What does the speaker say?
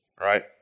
right